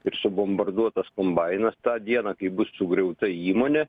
ir subombarduotas kombainas tą dieną kaip bus sugriauta įmonė